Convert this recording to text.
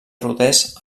rodés